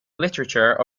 literature